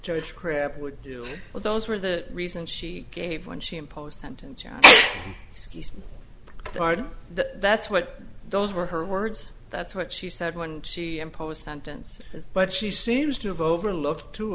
judge crypt would do well those were the reasons she gave when she impose sentence your pardon the that's what those were her words that's what she said when she impose sentence but she seems to have overlooked two